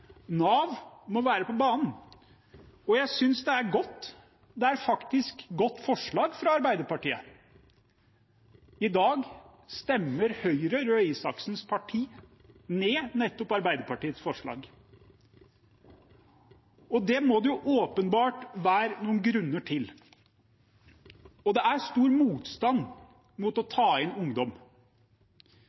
Nav må være på banen, og jeg synes det er godt – det er faktisk et godt forslag fra Arbeiderpartiet. I dag stemmer Høyre, Røe Isaksens parti, ned nettopp Arbeiderpartiets forslag. Det må det åpenbart være noen grunner til, og det er stor motstand mot å ta inn ungdom.